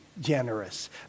generous